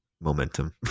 momentum